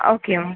okay ma'am